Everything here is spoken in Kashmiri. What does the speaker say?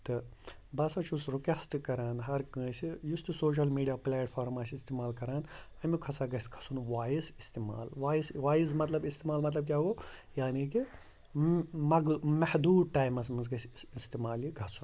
تہٕ بہٕ ہسا چھُس رُکٮ۪سٹ کَران ہَر کٲنٛسہِ یُس تہٕ سوشَل میٖڈیا پٕلیٹفارم آسہِ استعمال کَران اَمیُک ہَسا گژھِ کھَسُن وایِس استعمال وایِس وایِز مطلب استعمال مطلب کیٛاہ گوٚو یعنی کہِ محدوٗد ٹایمَس منٛز گژھِ استعمال یہِ گژھُن